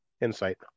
Insight